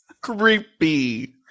Creepy